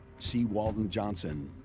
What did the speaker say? c. walton johnson,